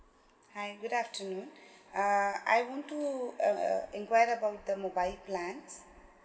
hi good afternoon uh I want to err enquire about the mobile plans